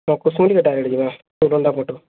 direct ଯିମା କୋଦଣ୍ଡା ପଟୁ